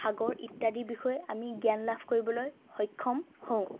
সাগৰ ইত্যাদিৰ বিষয়ে আমি জ্ঞান লাভ কৰিবলৈ সক্ষম হওঁ